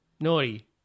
Naughty